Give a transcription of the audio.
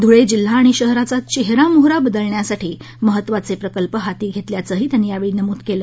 धुळे जिल्हा आणि शहराचा चेहरा मोहरा बदलण्यासाठी महत्वाचे प्रकल्प हाती घेतल्याचंही त्यांनी यावेळी नमूद केलं